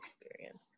experience